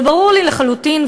וברור לי לחלוטין,